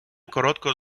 короткого